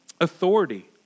authority